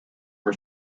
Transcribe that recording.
for